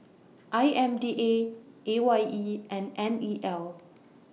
I M D A A Y E and N E L